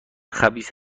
خبیث